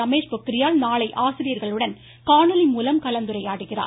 ரமேஷ் பொக்ரியால் நாளை ஆசிரியர்களுடன் காணொலிமூலம் கலந்துரையாடுகிறார்